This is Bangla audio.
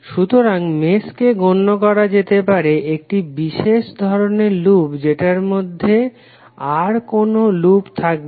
সুতরাং মেশকে গণ্য করা যেতে পারে একটি বিশেষ ধরনের লুপ যেটার ভিতরে আর কোনো লুপ থাকবে না